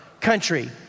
country